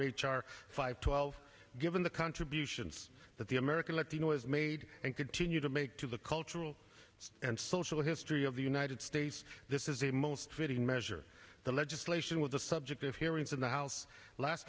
of h r five twelve given the contributions that the american latino has made and continue to make to the cultural and social history of the united states this is a most fitting measure the legislation was the subject of hearings in the house last